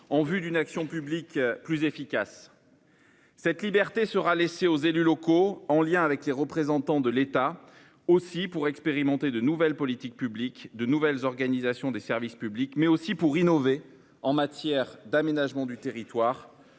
en vue d'une action publique plus efficace. « Cette liberté sera laissée aux élus locaux, en lien avec les représentants de l'État aussi, pour expérimenter de nouvelles politiques publiques, de nouvelles organisations des services publics, mais aussi pour innover en matière d'aménagement du territoire,